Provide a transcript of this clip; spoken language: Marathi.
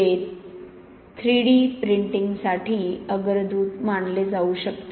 जे 3 डी प्रिंटिंगसाठी अग्रदूत मानले जाऊ शकते